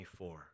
24